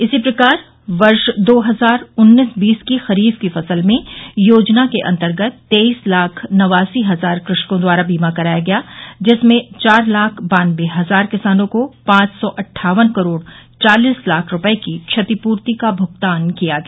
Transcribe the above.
इसी प्रकार वर्ष दो हजार उन्नीस बीस के खरीफ की फसल में योजना के अन्तर्गत तेईस लाख नवासी हजार हजार कृषकों द्वारा बीमा कराया गया जिसमें चार लाख बान्नबे हजार किसानों को पांच सौ अट्ठावन करोड़ चालिस लाख रूपये की क्षतिपूर्ति का भुगतान किया गया